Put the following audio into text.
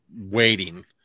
waiting